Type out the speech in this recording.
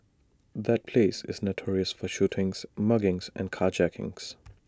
that place is notorious for shootings muggings and carjackings